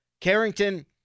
Carrington